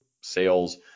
sales